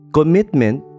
Commitment